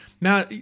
Now